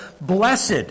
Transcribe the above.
blessed